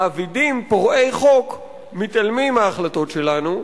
מעבידים פורעי חוק מתעלמים מההחלטות שלנו,